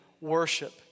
worship